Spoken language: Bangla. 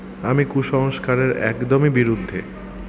আমি কুসংস্কারের একদমই বিরুদ্ধে